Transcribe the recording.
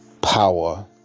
Power